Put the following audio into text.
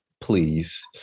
please